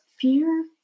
fear